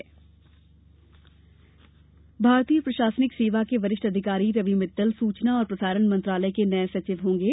नये सचिव भारतीय प्रशासनिक सेवा के वरिष्ठ अधिकारी रवि मित्तल सूचना और प्रसारण मंत्रालय के नये सचिव होंगे